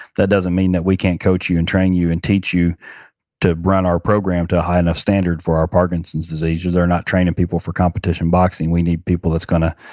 that doesn't mean that we can't coach you and train you and teach you to run our program to a high enough standard for our parkinson's disease. they're not training people for competition boxing. we need people that's going to,